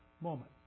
moment